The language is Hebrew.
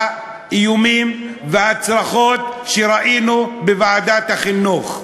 ובניגוד לכל האיומים והצרחות שראינו בוועדת החינוך,